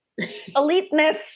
Eliteness